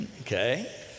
Okay